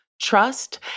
trust